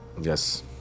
Yes